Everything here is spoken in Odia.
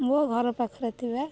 ମୋ ଘର ପାଖରେ ଥିବା